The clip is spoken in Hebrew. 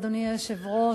אדוני היושב-ראש,